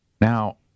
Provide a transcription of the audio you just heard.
now